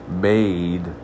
made